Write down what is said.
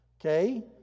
Okay